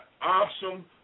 awesome